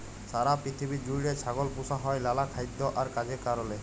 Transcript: সারা পিথিবী জুইড়ে ছাগল পুসা হ্যয় লালা খাইদ্য আর কাজের কারলে